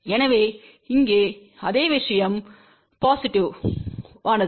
எனவே இங்கே இங்கே அதே விஷயம் பொசிட்டிவ்யானது